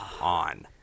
on